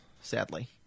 sadly